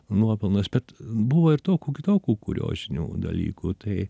nuopelnas bet buvo ir tokių kitokių kuriozinių dalykų tai